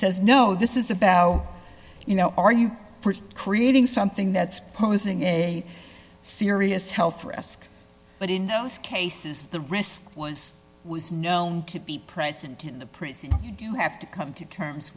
says no this is the bow you know are you creating something that's posing a serious health risk but in those cases the risk was was known to be present in the prison you do have to come to terms